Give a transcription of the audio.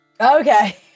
Okay